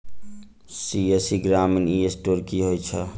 CSC ग्रामीण e store की होइ छै?